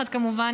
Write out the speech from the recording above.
כמובן,